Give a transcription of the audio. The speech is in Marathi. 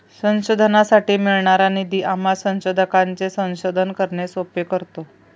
संशोधनासाठी मिळणारा निधी आम्हा संशोधकांचे संशोधन करणे सोपे करतो